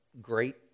great